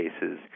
cases